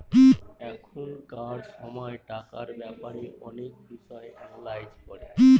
এখনকার সময় টাকার ব্যাপারে অনেক বিষয় এনালাইজ করে